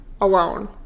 alone